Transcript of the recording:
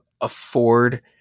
afford